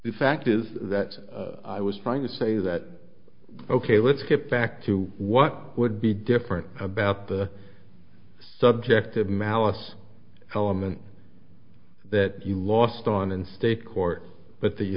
the fact is that i was trying to say that ok let's get back to what would be different about the subject of malice element that you lost on in state court but the you